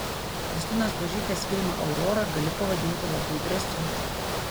kristinos buožytės filmą aurora galiu pavadinti labai drąsiu